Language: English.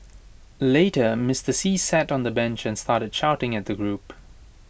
later Mister see sat on A bench and started shouting at the group